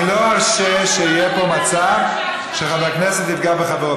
אני לא ארשה שיהיה פה מצב שחבר כנסת יפגע בחברו,